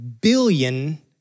billion